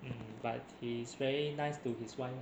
mm but he's very nice to his wife lah